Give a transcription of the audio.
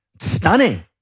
stunning